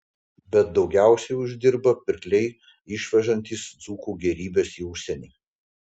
bet daugiausiai uždirba pirkliai išvežantys dzūkų gėrybes į užsienį